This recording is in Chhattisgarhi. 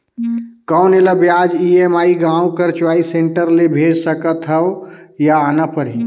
कौन एला ब्याज ई.एम.आई गांव कर चॉइस सेंटर ले भेज सकथव या आना परही?